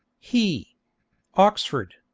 he oxford,